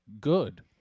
good